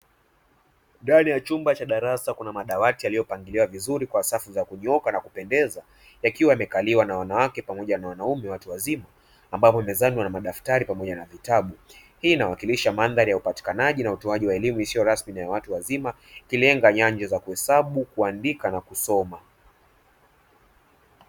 Ndani ya chumba cha darasa kuna madawati yaliyopangiliwa vizuri kwa safu za kunyooka na kupendeza, yakiwa yamekaliwa na wanawake pamoja na wanaume watu wazima ambapo mezani wana madaftari pamoja na vitabu . Hii inawakilisha mandhali ya upatikanaji na utoajiwa elimu isiyo rasmi na watu wazima ikilenga nyanja za kuhesabu, kuandika na kusoma.